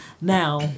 Now